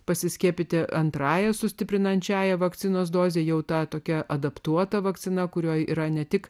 pasiskiepyti antrąja sustiprinančiąja vakcinos dozė jau tą tokia adaptuota vakcina kurioje yra ne tik